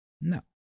No